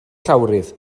llawrydd